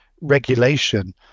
regulation